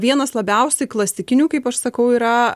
vienas labiausiai klasikinių kaip aš sakau yra